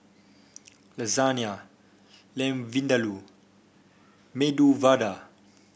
Lasagne Lamb Vindaloo Medu Vada